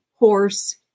Horse